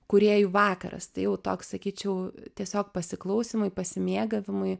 kūrėjų vakaras tai jau toks sakyčiau tiesiog pasiklausymui pasimėgavimui